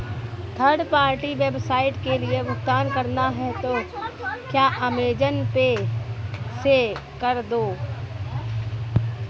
third party website के लिए भुगतान करना है तो क्या अमेज़न पे से कर दो